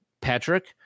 Patrick